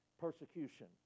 persecution